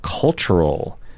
cultural